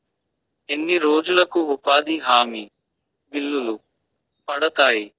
ఎన్ని రోజులకు ఉపాధి హామీ బిల్లులు పడతాయి?